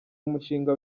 umushinga